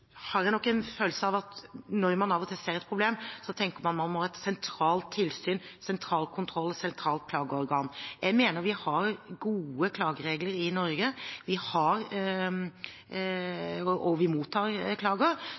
har jeg nok en følelse av at når man av og til ser et problem, tenker man at man må ha et sentralt tilsyn, sentral kontroll og et sentralt klageorgan. Jeg mener vi har gode klageregler i Norge, og vi mottar klager.